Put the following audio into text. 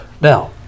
Now